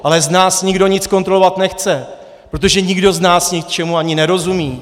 Ale z nás nikdo nic kontrolovat nechce, protože nikdo z nás ničemu ani nerozumí.